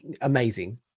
amazing